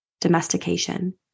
domestication